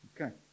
Okay